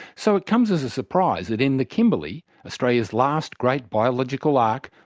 so it comes as a surprise that in the kimberley australia's last great biological ark,